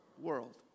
world